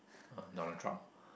uh Donald-Trump